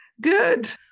Good